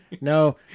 No